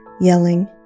yelling